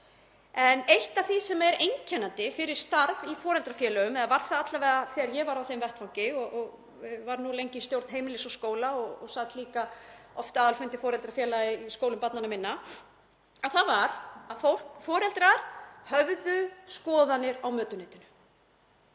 En eitt af því sem er einkennandi fyrir starf í foreldrafélögum, eða var það alla vega þegar ég var á þeim vettvangi og var lengi í stjórn Heimilis og skóla og sat líka oft á aðalfundi foreldrafélaga skólum barnanna minna, er að foreldrar hafa skoðanir á mötuneytinu.